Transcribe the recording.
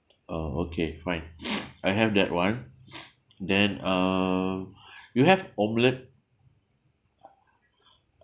uh okay fine I have that [one] then uh you have omelette